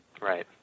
Right